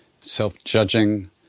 self-judging